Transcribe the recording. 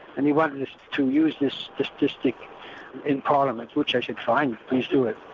and he wanted to use this statistic in parliament, which i said fine, please do it.